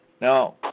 Now